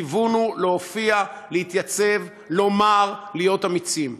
הכיוון הוא להופיע, להתייצב, לומר, להיות אמיצים.